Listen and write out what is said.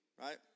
right